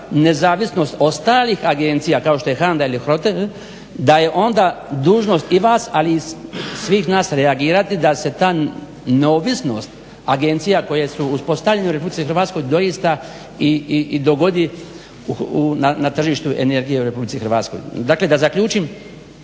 nezavisnost ostalih agencija kao što je HANDA i HROTEN, da je onda dužnost i vas ali i svih nas reagirati da se ta neovisnost agencija koje su uspostavljene u RH doista i dogodi na tržištu energije u RH. Dakle, da zaključim